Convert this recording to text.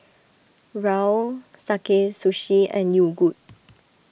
Raoul Sakae Sushi and Yogood